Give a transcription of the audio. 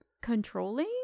controlling